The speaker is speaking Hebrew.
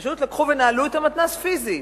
פשוט לקחו ונעלו את המתנ"ס פיזית,